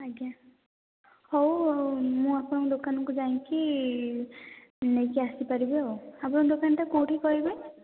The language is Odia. ଆଜ୍ଞା ହଉ ଆଉ ମୁଁ ଆପଣଙ୍କ ଦୋକାନକୁ ଯାଇକି ନେଇକି ଆସିପାରିବି ଆଉ ଆପଣ ଦୋକାନଟା କୋଉଠି କହିବେ